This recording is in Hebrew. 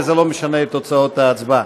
וזה לא משנה את תוצאות ההצבעה.